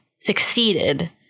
succeeded